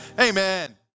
amen